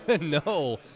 No